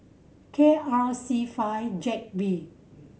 K R C five Z B